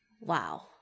wow